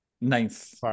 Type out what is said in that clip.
Ninth